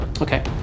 Okay